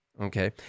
Okay